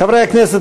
חברי הכנסת,